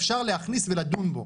אפשר להכניס ולדון בו.